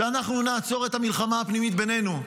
כשאנחנו נעצור את המלחמה הפנימית בינינו,